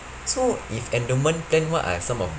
so if endowment plan what are some of